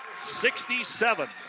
67